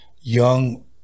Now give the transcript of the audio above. young